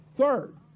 third